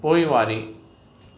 पोइवारी